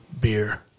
Beer